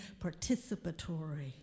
participatory